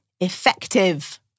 effective